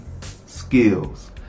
skills